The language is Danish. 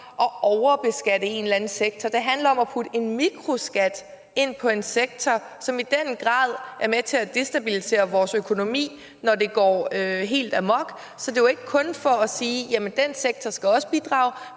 at overbeskatte en eller anden sektor. Det handler om at lægge en mikroskat på en sektor, som i den grad er med til at destabilisere vores økonomi, når det går helt amok. Så det er ikke kun for at sige, at den sektor også skal bidrage,